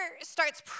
starts